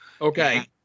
Okay